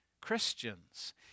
Christians